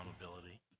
accountability